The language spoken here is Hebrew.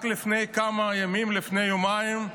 רק לפני כמה ימים, לפני יומיים,